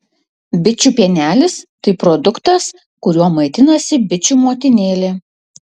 bičių pienelis tai produktas kuriuo maitinasi bičių motinėlė